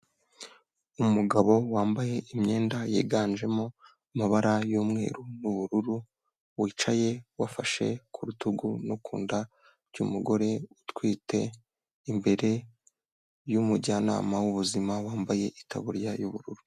Umugabo wambaye imyenda yiganjemo amabara y'umweru n'ubururu, wicaye wafashe ku rutugu no ku nda by'umugore utwite, imbere y'umujyanama w'ubuzima wambaye itaburiya y'ubururu.